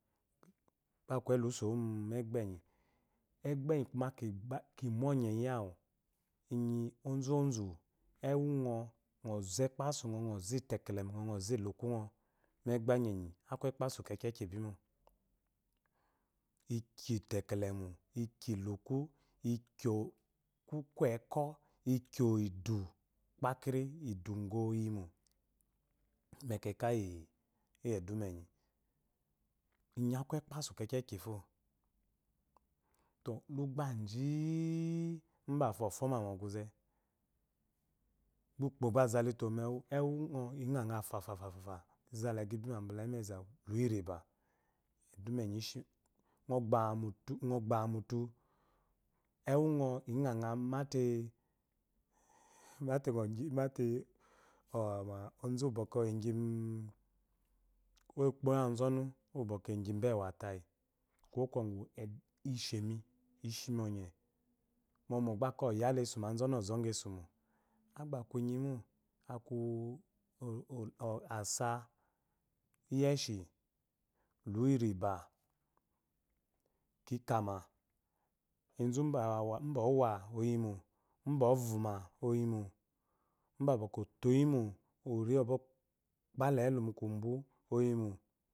Gbakeyi lusowa mu egbanyi egbenyi kume kimu ŋnyeyi awu inyi ozozu eŋungo ngo zo ekpasu ngo ngo zo iteke lemu ngo ngo zo lukungo mo egbe enyi aku ekpasu bibimo ikyo itekelemu ikyo ituku kyo kuku ekwa ikyo idu kpakin idu go iyimo mekemayi edume enyi enyi aku ekpasu kekekifo tɔ lugbaji nbafo ofoma mɔ guze gba ukpo zale itumo megu engungo inganga fafafa ngo zata ega ibime bala emezawu hyi nba edume enyi ishi ngo gbama mutu egungo ngongo mate mate ɔzubwɔkwɔ ngo gymu ko okpaozɔnu wn bwɔkwɔ egyi ba ewa tayi kuwo kwɔgu ishemi ishimi ɔnye mɔmɔ gbakeyi oyaesu mo azɔmu ozogɔ esumo agbakunyi mo aku asa yeshi hiyi nba kikama enzu bowama oyimo bovuma oyimo mbabwɔkwɔ otoyimo oribokpdayi ehe mukunbu oyimo